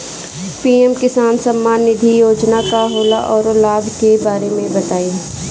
PM Kisan Samman Nidhi Yojana का होला औरो लाभ के बारे में बताई?